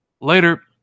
Later